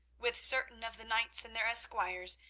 with certain of the knights and their esquires,